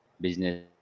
business